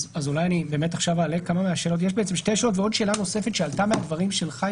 יש לי שתי שאלות ועוד שאלה נוספת שעלתה מהשאלה שלך,